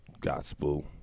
gospel